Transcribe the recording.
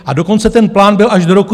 A dokonce ten plán byl až do roku 2025.